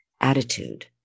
attitude